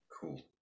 cool